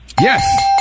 Yes